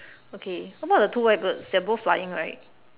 okay what about the two white birds they are both flying right